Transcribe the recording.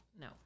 no